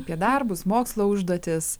apie darbus mokslo užduotis